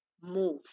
move